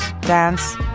dance